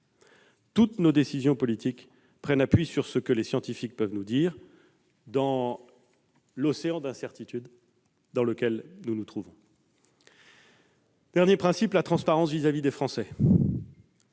Toutes nos décisions politiques prennent appui sur ce que les scientifiques peuvent nous indiquer dans l'océan d'incertitudes dans lequel nous nous trouvons. Dernier principe, la transparence à l'égard des Français.